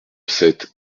sept